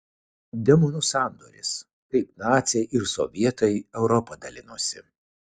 demonų sandoris kaip naciai ir sovietai europą dalinosi